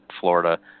Florida